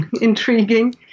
intriguing